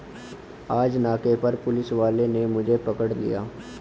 आज नाके पर पुलिस वाले ने मुझे पकड़ लिया